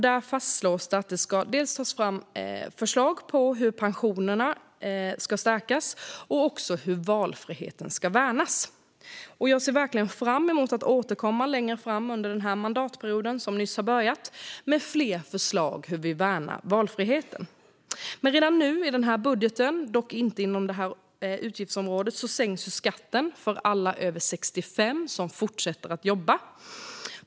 Där fastslås det att det ska tas fram förslag om hur pensionärers ekonomi kan stärkas och valfriheten värnas. Jag ser verkligen fram emot att återkomma längre fram under mandatperioden med fler förslag om hur vi värnar valfriheten. Men redan i denna budget, dock inte inom detta utgiftsområde, sänks skatten för alla över 65 som fortsätter att jobba.